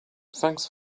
thanks